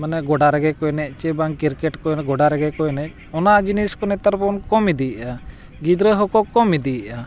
ᱢᱟᱱᱮ ᱜᱚᱰᱟ ᱨᱮᱜᱮ ᱠᱚ ᱮᱱᱮᱡ ᱥᱮ ᱵᱟᱝ ᱠᱤᱨᱠᱮᱴ ᱠᱚ ᱜᱚᱰᱟ ᱨᱮᱜᱮ ᱠᱚ ᱮᱱᱮᱡ ᱚᱱᱟ ᱡᱤᱱᱤᱥ ᱠᱚ ᱱᱮᱛᱟᱨ ᱵᱚᱱ ᱠᱚᱢ ᱤᱫᱤᱭᱮᱜᱼᱟ ᱜᱤᱫᱽᱨᱟᱹ ᱦᱚᱸᱠᱚ ᱠᱚᱢ ᱤᱫᱤᱭᱮᱜᱼᱟ